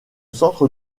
centre